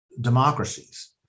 democracies